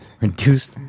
Reduce